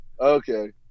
Okay